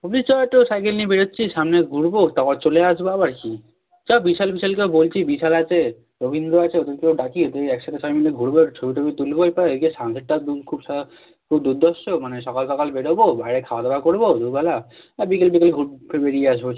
বলবি চ একটু সাইকেল নিয়ে বেরোচ্ছি সামনে ঘুরবো তারপর চলে আসবো আবার কী চল বিশাল ফ শালকেও বলছি বিশাল আছে রবীন্দ্র আছে ওদেরকেও ডাকি দিয়ে একসাথে সবাই মিলে ঘুরবো একটু ছবি টবি তুলবো সানসেটটা খুব দুর্ধর্ষ মানে সকাল সকাল বেরোবো বাইরে খাওয়া দাওয়া করবো দুবেলা আর বিকেলবেলায় ঘুরতে বেরিয়ে আসবো চ